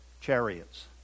chariots